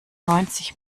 neunzig